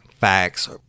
facts